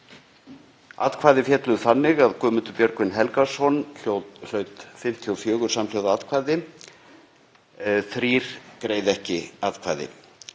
Atkvæði féllu þannig að Guðmundur Björgvin Helgason hlaut 54 samhljóða atkvæði, þrír greiddu ekki atkvæði.]